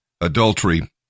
adultery